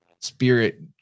spirit